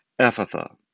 Ephatha